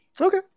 Okay